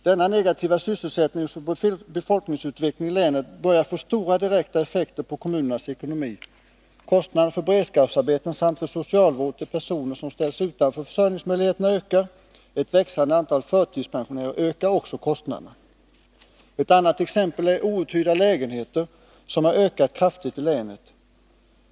Den negativa sysselsättningsoch befolkningsutvecklingen i länet börjar få stora direkta effekter på kommunernas ekonomi. Kostnaderna för beredskapsarbeten samt för socialvård till personer som ställs utan försörjningsmöjligheter ökar. Ett växande antal förtidspensionärer ökar också kostnaderna. Ett annat exempel är antalet outhyrda lägenheter, som har ökat kraftigt i länet.